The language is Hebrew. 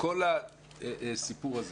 כל הסיפור הזה